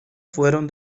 fueron